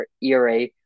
ERA